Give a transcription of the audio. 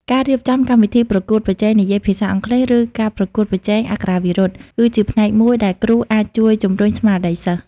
ការរៀបចំកម្មវិធីប្រកួតប្រជែងនិយាយភាសាអង់គ្លេស ឬការប្រកួតប្រជែងអក្ខរាវិរុទ្ធ គឺជាផ្នែកមួយដែលគ្រូអាចជួយជំរុញស្មារតីសិស្ស។